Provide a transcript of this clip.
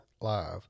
live